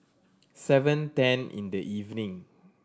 seven ten in the evening